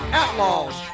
outlaws